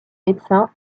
médecins